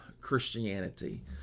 Christianity